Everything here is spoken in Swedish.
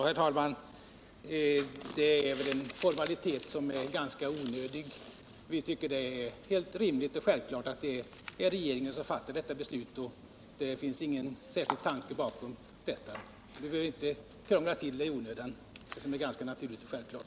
Herr talman! Det är väl en formalitet som är ganska onödig. Vi tycker att det är helt rimligt och självklart att det är regeringen som skall fatta detta beslut. Vi behöver väl inte i onödan krångla till det som är ganska naturligt och självklart.